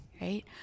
Right